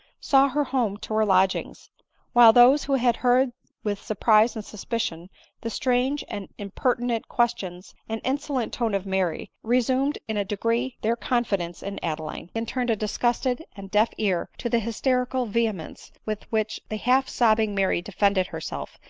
saw her home to her lodgings while those who had heard with surprise and suspicion the strange and impertinent questions and inso lent tone of mary, resumed in a degree their confidence in adeline, and turned a disgusted and deaf ear to the hysterical vehemence with which the half-sobbing mary defended herself,